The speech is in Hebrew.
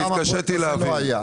כי התקשיתי להבין.